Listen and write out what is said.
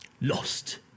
lost